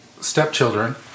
stepchildren